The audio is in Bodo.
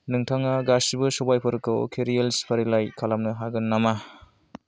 नोंथाङा गासैबो सबायफोरखौ केरियाल्स फारिलाइ खालामनो हागोन नामा